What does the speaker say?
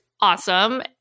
awesome